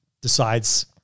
decides